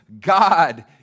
God